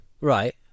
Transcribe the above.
Right